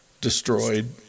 destroyed